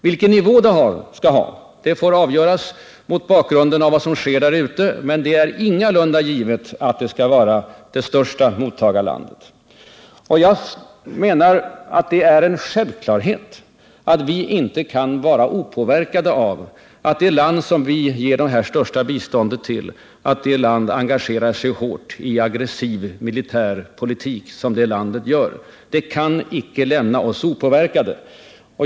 Vilken nivå biståndet skall ha får avgöras mot bakgrund av vad som sker där ute, men det är ingalunda givet att detta land skall vara det största mottagarlandet. Jag menaratt det är en självklarhet att vi inte kan vara opåverkade av att det land som vi ger det största biståndet engagerar sig hårt i aggressiv militär politik, som Vietnam gör. Detta kan icke lämna oss opåverkade.